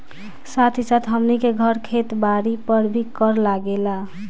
साथ ही साथ हमनी के घर, खेत बारी पर भी कर लागेला